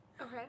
Okay